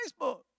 Facebook